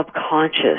subconscious